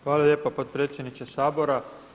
Hvala lijepa potpredsjedniče Sabora.